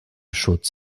schutz